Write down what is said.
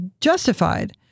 justified